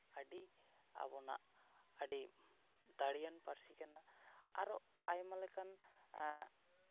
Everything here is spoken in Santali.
ᱟᱹᱰᱤ ᱟᱵᱚᱱᱟᱜ ᱟᱹᱰᱤ ᱫᱟᱲᱮᱭᱟᱱ ᱯᱟᱹᱨᱥᱤ ᱠᱟᱱᱟ ᱟᱨᱚ ᱟᱭᱢᱟ ᱞᱮᱠᱟᱱ